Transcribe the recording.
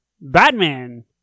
Batman